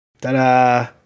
Ta-da